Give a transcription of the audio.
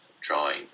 drawing